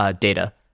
data